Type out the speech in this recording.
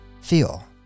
feel